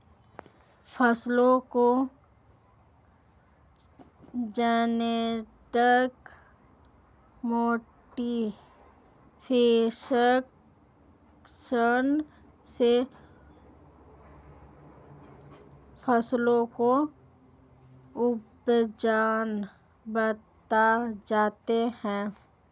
फसलों के genetic modification से फसलों का उत्पादन बढ़ जाता है